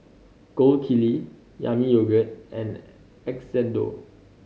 Gold Kili Yami Yogurt and Xndo